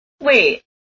Wait